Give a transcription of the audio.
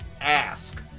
Ask